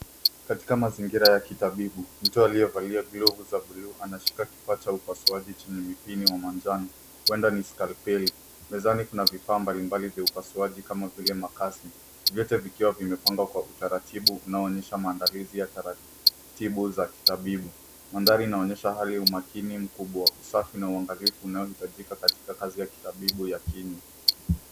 Katika mazingira ya kitabibu mtu aliyevalia glovu za buluu nashika kifaa cha upasuaji chenye mpini wa manjano huenda ni scalpale .Mezani kuna vifaa mbalimbali vya upasuaji kama vile makasi, vyote vikiwa vimepangwa kwa utaratibu unaoonyesha maandalizi ya taratibu za kitabibu. Mandhari inaonyesha hali ya umakini mkubwa, usafi na uangalifu unaohitajika katika kazi ya kitabibu ya kinywa.